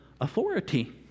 authority